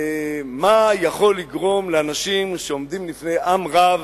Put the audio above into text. מה יכול לגרום לאנשים שעומדים בפני עם רב